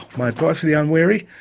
my advice for the unwary?